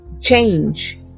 change